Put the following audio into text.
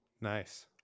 Nice